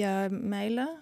jei meile